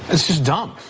this is dump.